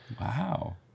Wow